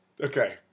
Okay